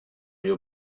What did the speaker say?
you